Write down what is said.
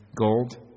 gold